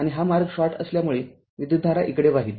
आणि हा मार्ग शॉर्ट असल्यामुळे विद्युतधारा इकडे वाहील